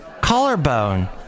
Collarbone